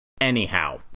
anyhow